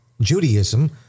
Judaism